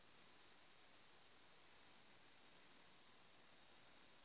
हम फसल के तेज से कुंसम बढ़बे?